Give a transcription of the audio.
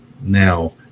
now